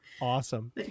awesome